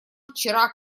вчера